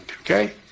okay